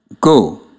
Go